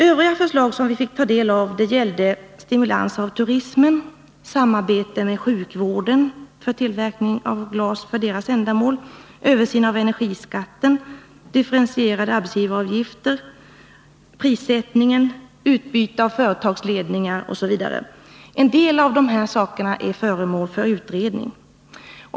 Övriga förslag som vi fick ta del av gällde stimulans av turismen, samarbete med sjukvården beträffande tillverkning av glas för sjukvårdsändamål, översyn av energiskatten, differentierade arbetsgivaravgifter, prissättningen, utbyte av företagsledningar osv. En del av dessa förslag är nu föremål för utredning.